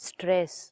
Stress